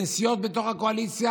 בין סיעות בתוך הקואליציה,